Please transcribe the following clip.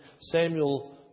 Samuel